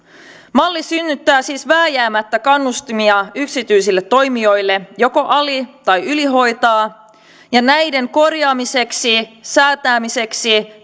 malli synnyttää siis vääjäämättä kannustimia yksityisille toimijoille joko ali tai ylihoitaa ja näiden korjaamiseksi säätämiseksi